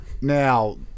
now